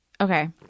Okay